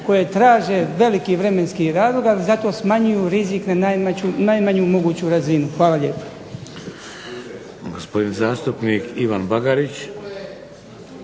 koje traže veliki vremenski razlog, ali zato smanjuju rizik na najmanju moguću razinu. Hvala lijepa.